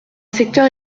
secteur